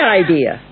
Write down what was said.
idea